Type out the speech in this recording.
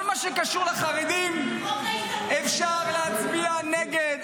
כל מה שקשור לחרדים אפשר להצביע נגד,